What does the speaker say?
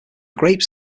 grapes